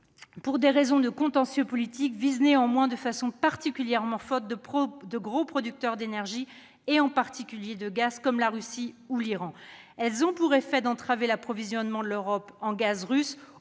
pour des raisons de contentieux politiques, visent néanmoins de façon particulièrement forte de gros producteurs d'énergie, en particulier de gaz, comme la Russie ou l'Iran. Elles ont pour effet d'entraver l'approvisionnement de l'Europe en gaz russe,